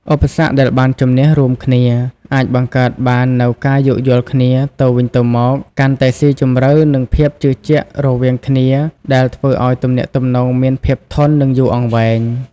ឧបសគ្គដែលបានជម្នះរួមគ្នា អាចបង្កើតបាននូវការយោគយល់គ្នាទៅវិញទៅមកកាន់តែស៊ីជម្រៅ និងភាពជឿជាក់រវាងគ្នា ដែលធ្វើឱ្យទំនាក់ទំនងមានភាពធន់ និងយូរអង្វែង។